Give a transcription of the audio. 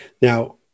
Now